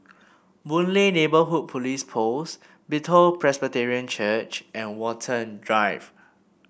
Boon Lay Neighbourhood Police Post Bethel Presbyterian Church and Watten Drive